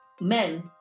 men